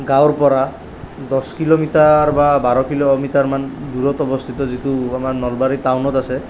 গাঁৱৰ পৰা দহ কিলোমিটাৰ বা বাৰ কিলোমিটাৰমান দূৰত অৱস্থিত যিটো আমাৰ নলবাৰী টাউনত আছে